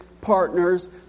partners